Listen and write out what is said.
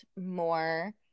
more